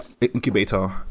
incubator